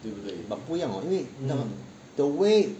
but 不一样 hor the way